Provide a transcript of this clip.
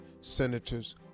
senators